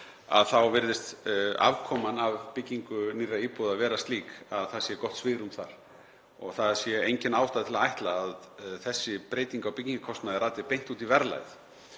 þá virðist afkoman af byggingu nýrra íbúða vera slík að það sé gott svigrúm þar og það sé engin ástæða til að ætla að þessi breyting á byggingarkostnaði rati beint út í verðlagið.